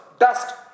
Dust